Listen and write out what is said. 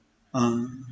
ah